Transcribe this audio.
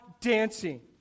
dancing